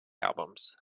albums